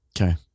Okay